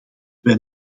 wij